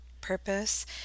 purpose